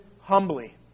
humbly